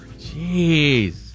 Jeez